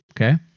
Okay